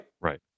right